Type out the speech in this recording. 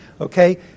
Okay